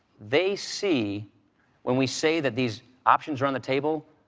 they see when we say that these options are on the table,